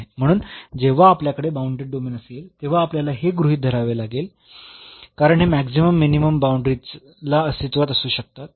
म्हणून जेव्हा आपल्याकडे बाऊंडेड डोमेन असेल तेव्हा आपल्याला हे गृहीत धरावे लागेल कारण हे मॅक्सिमम मिनिमम बाऊंडरीजला अस्तित्वात असू शकतात